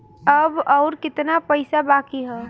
अब अउर कितना पईसा बाकी हव?